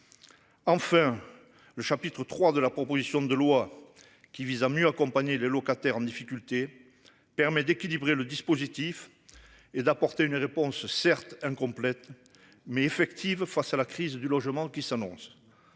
Enfin. Le chapitre 3 de la proposition de loi qui vise à mieux accompagner le locataire en difficulté permet d'équilibrer le dispositif est d'apporter une réponse certes incomplète. Mais effective face à la crise du logement qui s'annonce.